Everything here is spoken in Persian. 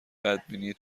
بدبینی